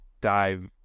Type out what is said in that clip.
dive